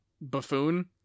buffoon